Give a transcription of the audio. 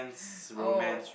oh